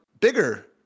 Bigger